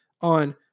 on